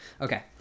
Okay